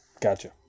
Gotcha